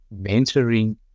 mentoring